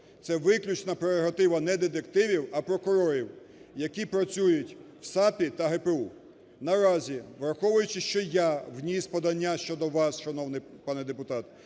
це виключно прерогатива не детективів, а прокурорів, які працюють в САПі та ГПУ. Наразі, враховуючи, що я вніс подання щодо вас, шановний пане депутат,